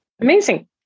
Amazing